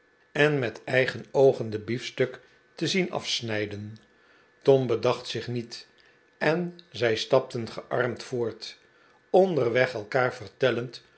en met eigen oogen den biefstuk te zien afsnijden tom bedacht zich niet en zij stapten gearmd voort onderweg elkaar vertellend